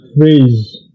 phrase